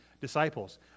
disciples